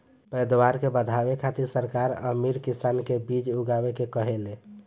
पैदावार के बढ़ावे खातिर सरकार अमीर किसान के बीज उगाए के कहेले